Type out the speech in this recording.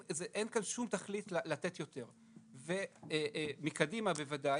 אין כאן שום תכלית לתת יותר, מקדימה בוודאי.